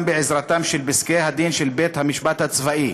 בעזרתם של פסקי-הדין של בית-המשפט הצבאי.